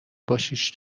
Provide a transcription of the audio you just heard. باشیش